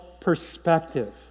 perspective